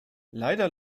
leider